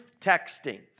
texting